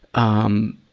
um,